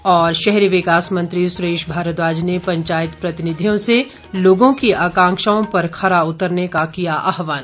और शहरी विकास मंत्री सुरेश भारद्वाज ने पंचायत प्रतिनिधियों से लोगों की आंकाक्षाओं पर खरा उतरने का किया आह्वान